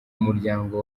muryango